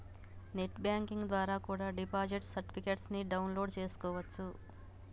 net banking ద్వారా కూడా deposit certificates ని డౌన్ లోడ్ చేస్కోవచ్చు